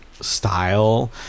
style